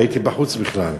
הייתי בחוץ בכלל.